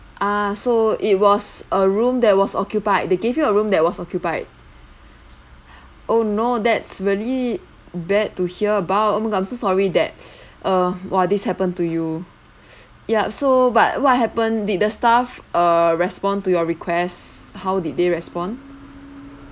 ah so it was a room that was occupied they gave you a room that was occupied oh no that's really bad to hear about oh my god I'm so sorry that uh !wah! this happen to you yup so but what happened did the staff uh respond to your requests how did they respond